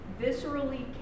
viscerally